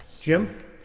Jim